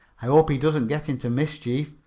i hope he doesn't get into mischief,